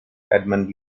edmund